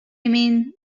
mean